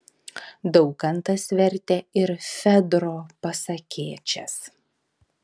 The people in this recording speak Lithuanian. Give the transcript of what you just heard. daukantas vertė ir fedro pasakėčias